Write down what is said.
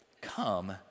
come